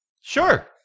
Sure